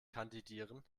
kandidieren